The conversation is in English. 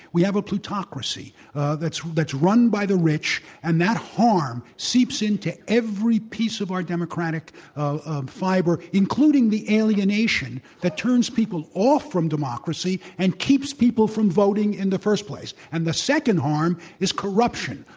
we have a plutocracy that's that's run by the rich, and that harm seeps into every piece of our democratic um fiber, including the alienation that turns people off from democracy and keeps people from voting in the first place. and the second harm is corruption,